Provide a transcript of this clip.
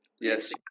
Yes